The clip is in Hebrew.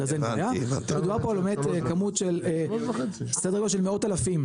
מדובר פה באמת בכמות של סדר גודל של מאות אלפים,